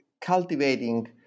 Cultivating